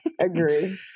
agree